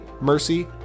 mercy